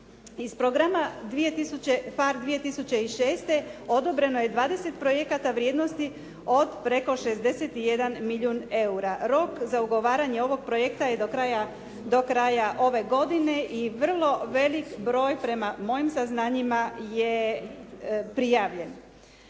Iz programa PHARE 2006. odobreno je dvadeset projekata vrijednosti od preko 61 milijun eura. Rok za ugovaranje ovog projekta je do kraja ove godine i vrlo veliki broj prema mojim saznanjima je prijavljen.